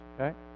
okay